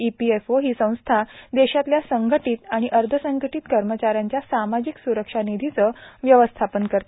E P F O ही संस्था देशातल्या संघटीत आणि अर्धसंघटीत कर्मचाऱ्यांच्या सामाजिक सुरक्षा निधीचं व्यवस्थापन करते